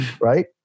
Right